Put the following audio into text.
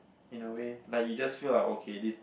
in a way like you just feel like okay this